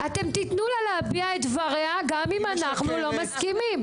אתם תתנו לה להביע את דבריה גם אם אנחנו לא מסכימים.